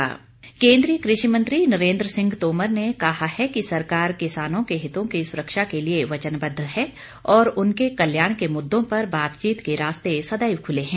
कृषि सुधार कानून केन्द्रीय कृषि मंत्री नरेन्द्र सिंह तोमर ने कहा है कि सरकार किसानों के हितों की सुरक्षा के लिए वचनबद्व है और उनके कल्याण के मुद्दों पर बातचीत के रास्ते सदैव खुले हैं